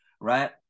right